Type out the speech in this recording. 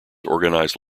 organize